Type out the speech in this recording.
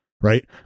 right